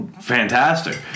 fantastic